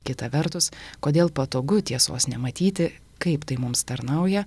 kita vertus kodėl patogu tiesos nematyti kaip tai mums tarnauja